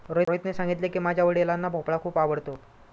रोहितने सांगितले की, माझ्या वडिलांना भोपळा खूप आवडतो